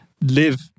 live